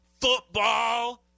football